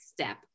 step